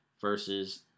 versus